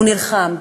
והוא נלחם,